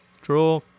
Draw